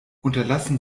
unterlassen